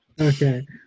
Okay